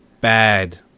bad